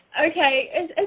Okay